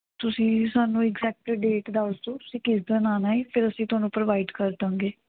ਤੁਸੀਂ ਸਾਨੂੰ exact date ਦੱਸ ਦਿਓ ਤੁਸੀਂ ਕਿਸ ਦਿਨ ਆਉਣਾ ਏ ਫਿਰ ਅਸੀਂ ਤੁਹਾਨੂੰ ਪ੍ਰੋਵਾਈਡ ਕਰ ਦਾਂਗੇ